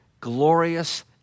glorious